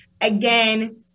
again